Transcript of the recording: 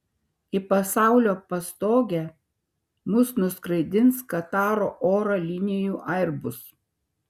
į pasaulio pastogę mus nuskraidins kataro oro linijų airbus